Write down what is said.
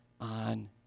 on